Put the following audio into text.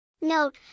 Note